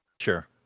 Sure